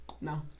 No